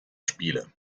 spiele